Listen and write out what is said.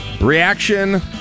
reaction